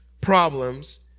problems